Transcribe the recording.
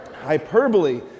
Hyperbole